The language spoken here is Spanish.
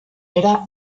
era